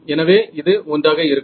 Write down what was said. எனவே இது 1 ஆக இருக்கும்